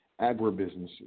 agribusinesses